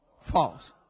false